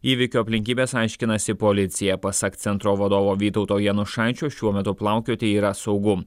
įvykio aplinkybes aiškinasi policija pasak centro vadovo vytauto janušaičio šiuo metu plaukioti yra saugu